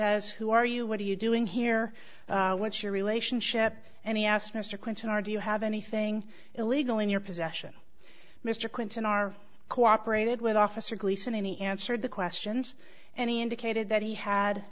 as who are you what are you doing here what's your relationship and he asked mr clinton are do you have anything illegal in your possession mr clinton are cooperated with officer gleason any answered the questions and he indicated that he had